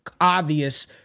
obvious